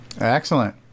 Excellent